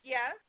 Yes